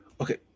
okay